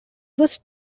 was